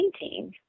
painting